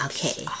Okay